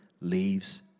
leaves